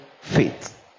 faith